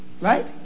Right